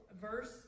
verse